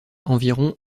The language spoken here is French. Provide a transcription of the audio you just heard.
environ